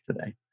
today